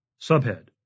Subhead